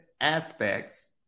aspects